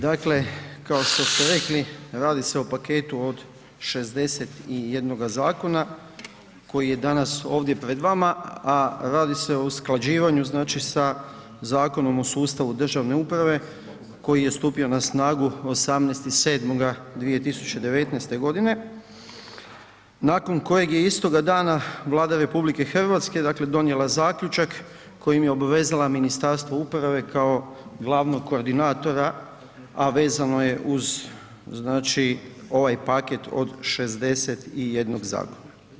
Dakle, kao što ste rekli radi se o paketu od 61 zakona koji je danas ovdje pred vama, a radi se o usklađivanju znači sa Zakonom o sustavu državne uprave koji je stupio na snagu 18. 7. 2019. godine, nakon kojeg je istoga dana Vlada RH dakle donijela zaključak kojim je obvezala Ministarstvo uprave kao glavnog koordinatora, a vezano je znači uz ovaj paket od 61 zakona.